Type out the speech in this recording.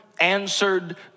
answered